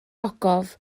ogof